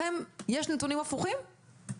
יש לכם נתונים הפוכים?